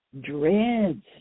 DREADS